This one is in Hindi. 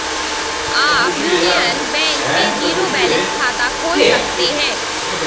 आप यूनियन बैंक में जीरो बैलेंस खाता खोल सकते हैं